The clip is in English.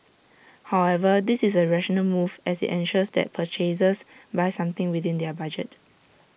however this is A rational move as IT ensures that purchasers buy something within their budget